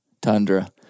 tundra